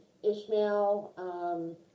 Ishmael